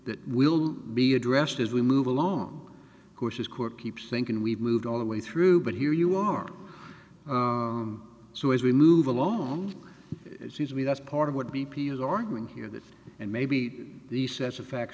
that will be addressed as we move along course his court keeps thinking we've moved all the way through but here you are so as we move along it seems to me that's part of what b p is arguing here that and maybe these sets of facts